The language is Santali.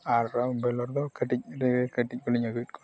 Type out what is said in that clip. ᱟᱨ ᱵᱨᱚᱭᱞᱟᱨ ᱫᱚ ᱠᱟᱹᱴᱤᱡ ᱠᱟᱹᱴᱤᱡ ᱠᱚᱞᱤᱧ ᱟᱹᱜᱩᱭᱮᱫ ᱠᱚᱣᱟ